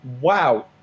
Wow